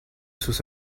sus